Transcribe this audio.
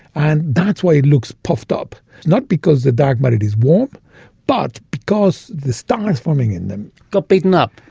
and that's why it looks puffed up, not because the dark but matter is warm but because the stars forming in them. got beaten up.